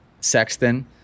Sexton